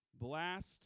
blast